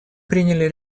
приняли